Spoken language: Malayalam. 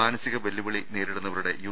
മാനസിക വെല്ലുവിളി നേരിടുന്നവരുടെ യു